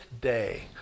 day